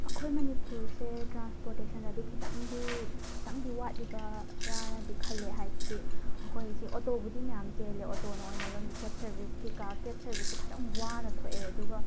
ꯑꯩꯈꯣꯏ ꯃꯅꯤꯄꯨꯔꯁꯦ ꯇ꯭ꯔꯥꯟꯁꯄꯣꯔꯇꯦꯁꯟꯗꯗꯤ ꯈꯤꯇꯪꯗꯤ ꯈꯤꯇꯪꯗꯤ ꯋꯥꯠꯂꯤꯕꯔꯥꯅꯗꯤ ꯈꯜꯂꯦ ꯍꯥꯏꯗꯤ ꯑꯈꯣꯏꯁꯦ ꯑꯣꯇꯣꯕꯨꯗꯤ ꯃꯌꯥꯝ ꯆꯦꯜꯂꯦ ꯑꯣꯇꯣꯅ ꯑꯣꯏꯅ ꯑꯗꯨꯝ ꯀꯦꯞ ꯁꯔꯕꯤꯁ ꯀꯩ ꯀꯥ ꯀꯦꯞ ꯁꯔꯕꯤꯁꯁꯨ ꯈꯤꯇꯪ ꯋꯥꯅ ꯊꯣꯛꯑꯦ ꯑꯗꯨꯒ